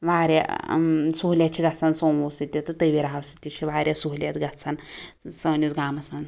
واریاہ سہولیت چھِ گَژھان سوموو سۭتۍ تہِ تہٕ تویرا سۭتۍ تہِ چھِ واریاہ سہولیت گَژھان سٲنِس گامَس مَنٛز